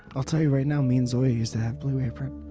i'll tell you right now me and zoja used to have blue apron